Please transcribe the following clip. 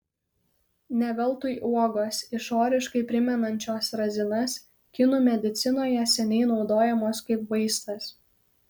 ne veltui uogos išoriškai primenančios razinas kinų medicinoje seniai naudojamos kaip vaistas